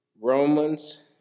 Romans